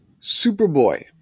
Superboy